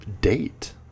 date